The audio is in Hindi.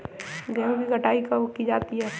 गेहूँ की कटाई कब की जाती है?